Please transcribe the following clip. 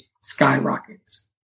skyrockets